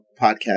podcast